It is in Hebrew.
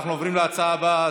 אנחנו עוברים להצעה הבאה,